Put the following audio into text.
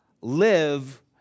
live